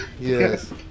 Yes